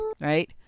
right